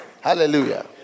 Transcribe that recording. Hallelujah